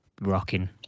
rocking